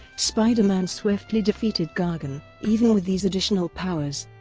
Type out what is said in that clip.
spider-man swiftly defeated gargan, even with these additional powers,